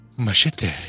Machete